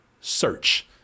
Search